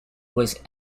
was